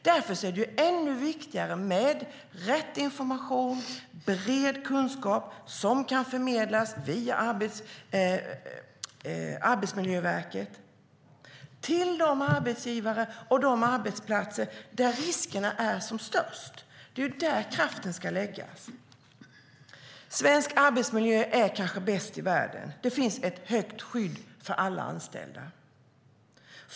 Därför är det ännu viktigare med rätt information och bred kunskap som kan förmedlas via Arbetsmiljöverket till de arbetsgivare och de arbetsplatser där riskerna är som störst. Det är där kraften ska läggas. Svensk arbetsmiljö är kanske bäst i världen. Det finns ett bra skydd för alla anställda.